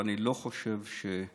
ואני לא חושב אנחנו